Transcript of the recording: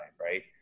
right